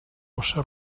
josé